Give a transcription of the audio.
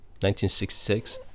1966